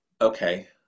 Okay